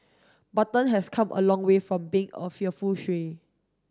button has come a long way from being a fearful stray